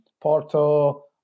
Porto